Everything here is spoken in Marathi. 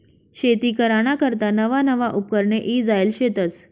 शेती कराना करता नवा नवा उपकरणे ईजायेल शेतस